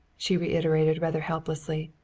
she reiterated rather helplessly.